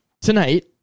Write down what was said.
Tonight